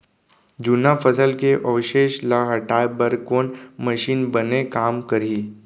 जुन्ना फसल के अवशेष ला हटाए बर कोन मशीन बने काम करही?